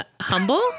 humble